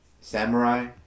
samurai